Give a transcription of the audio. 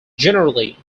generally